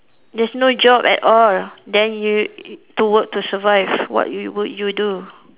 there's no job at all then you to work to survive what you would you do